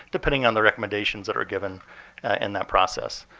depending on the recommendations that are given in that process.